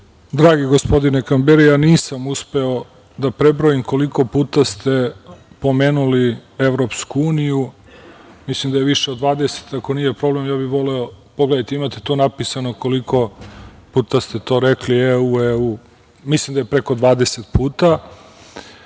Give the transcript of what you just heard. Dragi gospodine Kamberi, ja nisam uspeo da prebrojim koliko puta ste pomenuli EU. Mislim da je više od 20, ako nije problem ja bih voleo, pogledajte, imate to napisano koliko puta ste to rekli, EU, EU. Mislim da je preko 20